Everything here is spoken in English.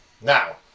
Now